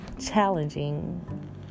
challenging